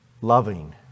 loving